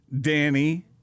Danny